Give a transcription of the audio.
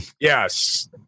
Yes